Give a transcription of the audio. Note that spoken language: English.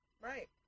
Right